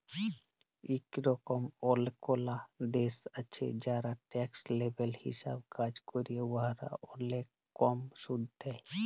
ইরকম অলেকলা দ্যাশ আছে যারা ট্যাক্স হ্যাভেল হিসাবে কাজ ক্যরে উয়ারা অলেক কম সুদ লেই